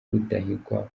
rudahigwa